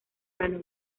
vano